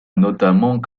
notamment